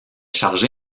chargé